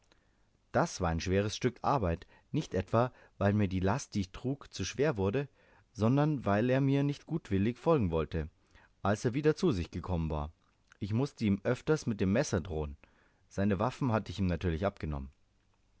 das war ein schweres stück arbeit nicht etwa weil mir die last die ich trug zu schwer wurde sondern weil er mir nicht gutwillig folgen wollte als er wieder zu sich gekommen war ich mußte ihm öfters mit dem messer drohen seine waffen hatte ich ihm natürlich abgenommen